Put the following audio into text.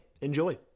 Enjoy